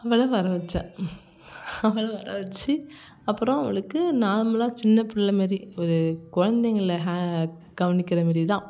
அவளை வர வச்சேன் அவளை வர வச்சி அப்புறம் அவளுக்கு நார்மலாக சின்ன பிள்ளமேரி ஒரு குழந்தைங்கள ஹே கவனிக்கிறமாரி தான்